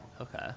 Okay